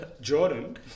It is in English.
Jordan